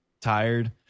tired